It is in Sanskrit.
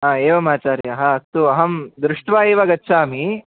हा एवमाचार्याः अस्तु अहं दृष्ट्वा एव गच्छामि